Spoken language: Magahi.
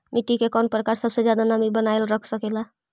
मिट्टी के कौन प्रकार सबसे जादा नमी बनाएल रख सकेला?